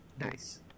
Nice